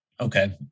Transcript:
Okay